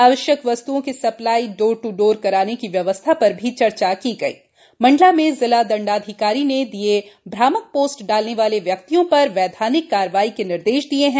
आवश्यक वस्त्ओं की सप्लाई डोर ट्र डोर कराने की व्यवस्था पर भी चर्चा की गयी मण्डला में जिला दण्डाधिकारी ने दिए भ्रामक पोस्ट डालने वाले व्यक्तियों पर वैधानिक कार्यवाही के निर्देश दिए हैं